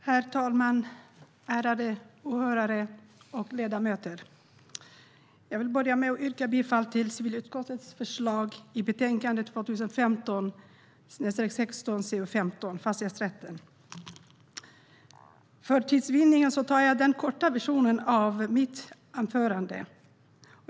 Herr talman! Ärade åhörare och ledamöter! Jag vill börja med att yrka bifall till civilutskottets förslag i betänkandet 2015/16:CU15 Fastighetsrätt . För tids vinnande tar jag den korta versionen av mitt anförande.